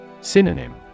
Synonym